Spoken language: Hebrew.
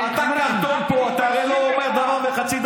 כל עוד על חשבונך, תגיב.